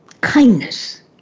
kindness